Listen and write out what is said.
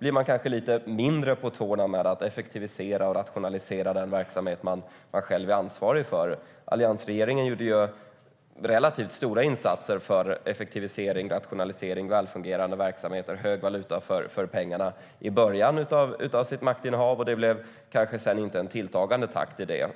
är man kanske lite mindre på tårna vad gäller att effektivisera och rationalisera den verksamhet man själv är ansvarig för. Alliansregeringen gjorde relativt stora insatser för effektivisering, rationalisering och välfungerande verksamheter och fick mycket valuta för pengarna i början av sitt maktinnehav. Sedan var det kanske inte en tilltagande takt i det.